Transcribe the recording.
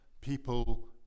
people